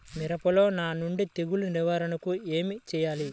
మిరపలో నానుడి తెగులు నివారణకు ఏమి చేయాలి?